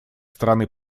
страны